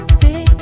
see